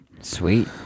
Sweet